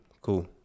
Cool